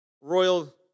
royal